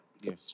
Yes